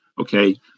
Okay